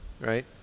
Right